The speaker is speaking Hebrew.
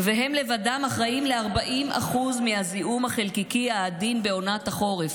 הם לבדם אחראים ל-40% מהזיהום החלקיקי העדין בעונת החורף.